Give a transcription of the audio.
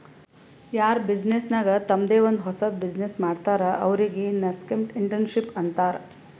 ಯಾರ್ ಬಿಸಿನ್ನೆಸ್ ನಾಗ್ ತಂಮ್ದೆ ಒಂದ್ ಹೊಸದ್ ಬಿಸಿನ್ನೆಸ್ ಮಾಡ್ತಾರ್ ಅವ್ರಿಗೆ ನಸ್ಕೆಂಟ್ಇಂಟರಪ್ರೆನರ್ಶಿಪ್ ಅಂತಾರ್